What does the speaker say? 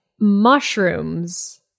mushrooms